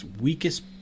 weakest